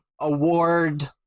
award